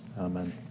Amen